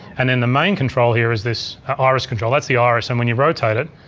and then the main control here is this iris control. that's the iris and when you rotate it,